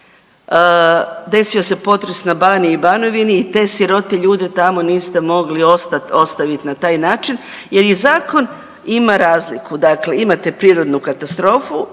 desio se potres na Baniji i Banovini i te sirote ljude tamo niste mogli ostavit na taj način jer je zakon ima razliku, dakle imate prirodnu katastrofu,